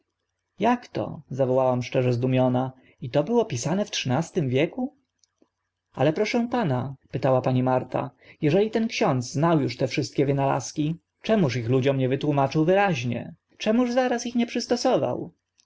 to zawołałam szczerze zdumiona i to było pisane w trzynastym wieku ale proszę pana pytała pani marta eżeli ten ksiądz znał uż te wszystkie wynalazki czemuż ich ludziom nie wytłumaczył wyraźnie czemuż zaraz ich nie przystosował